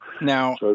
Now